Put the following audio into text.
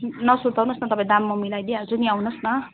नसुर्ताउनोस् न तपाईँ दाम म मिलाइदिइहाल्छु नि आउनोस् न